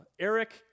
Eric